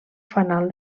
fanal